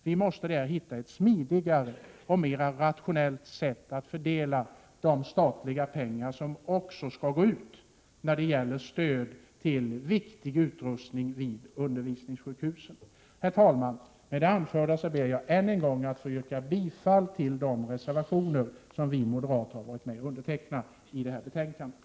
Vi måste hitta ett smidigare och mer rationellt sätt att fördela de statliga pengar som skall utgå i form av stöd till viktig utrustning vid undervisningssjukhusen. Herr talman! Med det anförda ber jag än en gång att få yrka bifall till de reservationer i föreliggande betänkande som vi moderater varit med och undertecknat.